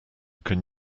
can